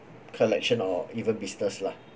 collection or even business lah